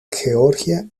georgia